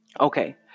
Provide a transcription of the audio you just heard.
okay